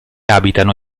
abitano